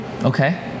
Okay